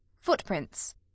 Footprints